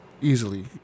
easily